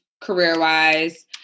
career-wise